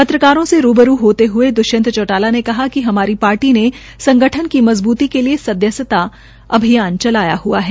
media से रूबरू हए द्वष्यंत चौटाला ने कहा कि हमारी पार्टी ने संगठन की मजबूती के लिए सदस्यता अभियान चलाया हआ है